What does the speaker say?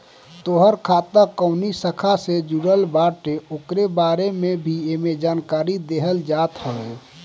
तोहार खाता कवनी शाखा से जुड़ल बाटे उकरे बारे में भी एमे जानकारी देहल होत हवे